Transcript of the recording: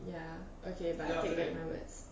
ya okay but I take back my words